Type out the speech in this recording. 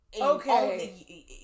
Okay